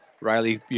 Riley